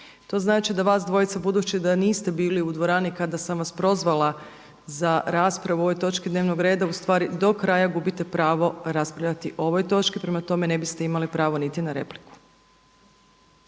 To znači da vas dvojca budući da niste bili u dvorani kada sam vas prozvala za raspravu po ovoj točci dnevnog reda u stvari do kraja gubite pravo raspravljati o ovoj točci. Prema tome, ne biste imali pravo niti na repliku.